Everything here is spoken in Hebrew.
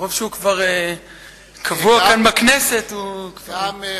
מרוב שהוא כבר קבוע כאן בכנסת, הוא כבר,